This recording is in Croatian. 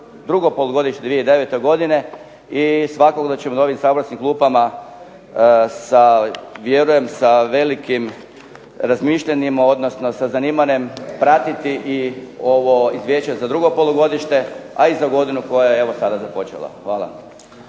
drugo polugodište 2009. godine i svakako da ćemo dobiti u saborskim klupama vjerujem da velikim razmišljanjima odnosno sa zanimanjem pratiti i ovo Izvješće za drugo polugodište a i evo za godinu koja je sada započela. Hvala.